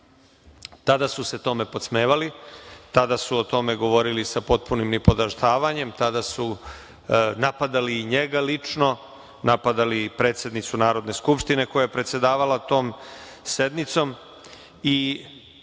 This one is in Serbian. ratu. Tada su se tome podsmevali, tada su o tome govorili sa potpunim nipodaštavanjem, tada su napadali njega lično, napadali predsednicu Narodne skupštine koja je predsedavala tom sednicom i